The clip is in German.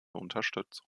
unterstützung